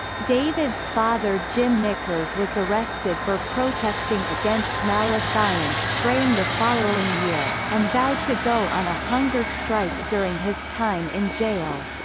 david's father jim nickarz was arrested for protesting against malathion spraying the following year, and vowed to go on a hunger strike during his time in jail.